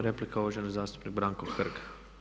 Replika, uvaženi zastupnik Branko Hrg.